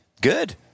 Good